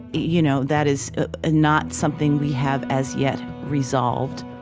you know that is not something we have, as yet, resolved.